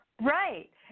right